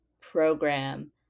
program